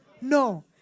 No